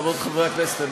חברות וחברי הכנסת,